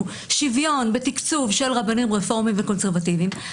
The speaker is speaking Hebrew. שוויון בתקצוב של רבנים רפורמים וקונסרבטיבים,